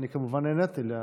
אני כמובן נעניתי להצעה.